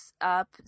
up